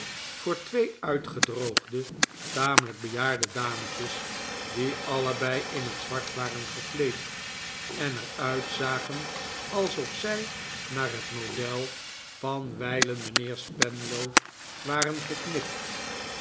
voor twee uitgedroogde tamelijk bejaarde dametjes die allebei in het zwart waren gekleed en er uitzagen alsof zij naar het model van wijlen mijnheer spenlow waren geknipt